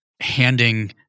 handing